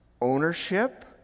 ownership